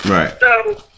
Right